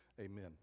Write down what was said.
Amen